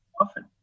often